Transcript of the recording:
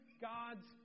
God's